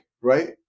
Right